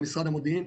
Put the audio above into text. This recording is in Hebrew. כמשרד המודיעין,